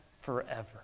forever